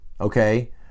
okay